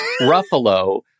ruffalo